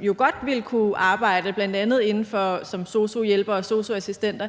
jo godt ville kunne arbejde bl.a. som sosu-hjælpere og sosu-assistenter,